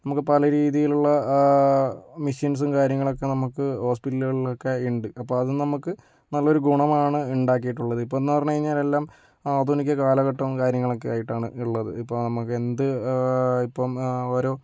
നമുക്ക് പല രീതിയിലുള്ള മിഷിൻസും കാര്യങ്ങളൊക്കെ നമുക്ക് ഹോസ്പിറ്റലുകളിലൊക്കെ ഉണ്ട് അപ്പോൾ അത് നമുക്ക് നല്ലൊരു ഗുണമാണ് ഇണ്ടാക്കിയിട്ടുള്ളത് ഇപ്പംന്ന് പറഞ്ഞ് കഴിഞ്ഞാൽ എല്ലാം ആധുനിക കാലഘട്ടം കാര്യങ്ങളൊക്കെയായിട്ടാണ് ഉള്ളത് ഇപ്പോൾ നമുക്ക് എന്ത് ഇപ്പം ഓരോ